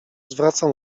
zwracam